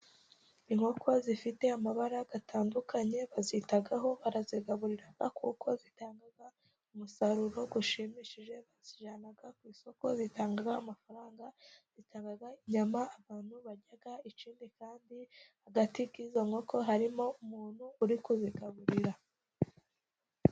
Inkoko zifite amabara atandukanye bazitaho barazigaburira, kuko zitanga umusaruro ushimishije bazijyana ku isoko zitanga amafaranga, zitanga inyama abantu barya ikindi kandi agati k'izo nkoko harimo umuntu uri kuzigaburira.